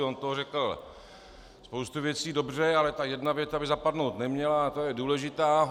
On řekl spoustu věcí dobře, ale ta jedna věta by zapadnout neměla a ta je důležitá.